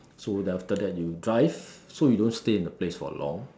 so after that you drive so you don't stay in the place for long